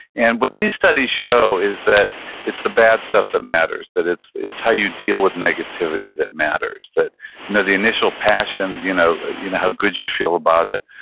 and what these studies show is that it's the bad stuff that matters, that it's it's how you deal with negativity that matters, that you know the initial passion, you know you know how good you feel about it,